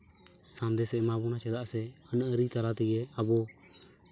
ᱥᱟᱸᱫᱮᱥᱮ ᱮᱢᱟᱵᱚᱱᱟ ᱪᱮᱫᱟᱜ ᱥᱮ ᱟᱹᱱᱼᱟᱹᱨᱤ ᱛᱟᱞᱟᱛᱮᱜᱮ ᱟᱵᱚ